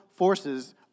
forces